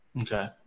Okay